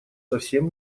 совсем